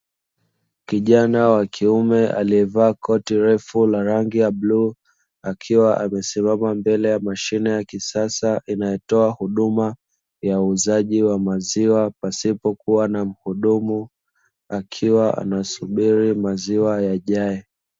Kijana wa kiume aliyevaa koti refu la rangi ya bluu, akiwa amesimama mbele ya mashine ya kisasa inayotoa huduma ya uuzaji wa maziwa pasipo kuwa na mhudum; akiwa anasubiri maziwa yajae.